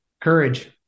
Courage